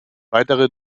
weitere